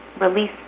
release